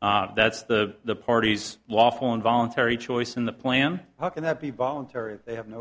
that's the parties lawful and voluntary choice in the plan how can that be voluntary if they have no